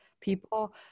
People